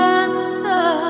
answer